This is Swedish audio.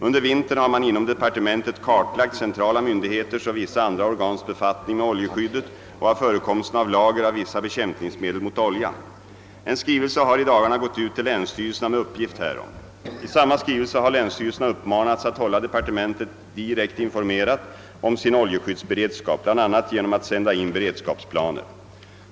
Under vintern har man inom departementet kartlagt centrala myndigheters och vissa andra organs befattning med oljeskyddet och förekomsten av lager av vissa bekämpningsmedel mot olja. En skrivelse har i dagarna gått ut till länsstyrelserna med uppgift härom. I samma skrivelse har länsstyrelserna uppmanats att hålla departementet direkt informerat om sin oljeskyddsberedskap, bl.a. genom att sända in sina beredskapsplaner.